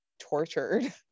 Tortured